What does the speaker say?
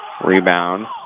Rebound